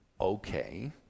Okay